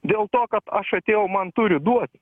dėl to kad aš atėjau man turi duoti